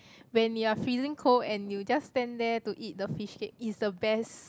when you're freezing cold and you just stand there to eat the fishcakes it's the best